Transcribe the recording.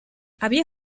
había